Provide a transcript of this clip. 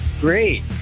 great